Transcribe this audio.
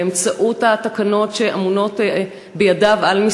באמצעות התקנות שמשרדו אמון עליהן,